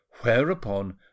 Whereupon